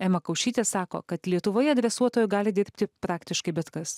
ema kaušytė sako kad lietuvoje dresuotoju gali dirbti praktiškai bet kas